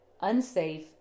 unsafe